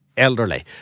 Elderly